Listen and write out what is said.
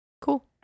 Cool